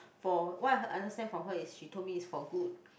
for what I understand from her is she told me it's for good